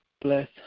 bless